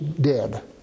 dead